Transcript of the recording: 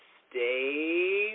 stay